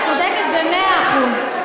את צודקת במאה אחוז.